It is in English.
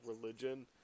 religion